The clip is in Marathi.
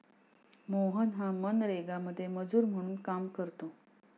मोहन हा मनरेगामध्ये मजूर म्हणून काम करतो